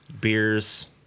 beers